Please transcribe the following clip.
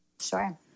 Sure